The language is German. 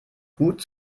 gut